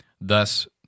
thus